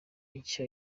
nshya